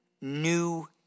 new